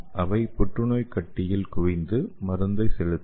அவை புற்றுநோய் கட்டியில் குவிந்து மருந்தை செலுத்தும்